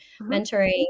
mentoring